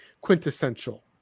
quintessential